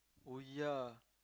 oh ya